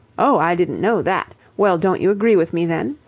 oh, i didn't know that. well, don't you agree with me, then?